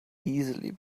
easily